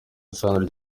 isano